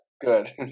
good